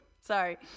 Sorry